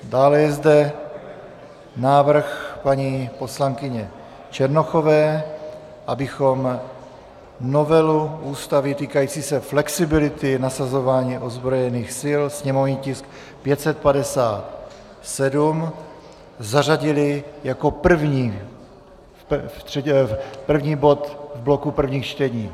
Dále je zde návrh paní poslankyně Černochové, abychom novelu Ústavy týkající se flexibility nasazování ozbrojených sil, sněmovní tisk 557, zařadili jako první bod bloku prvních čtení.